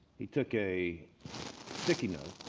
he took a sticky note